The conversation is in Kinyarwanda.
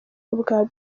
ubwa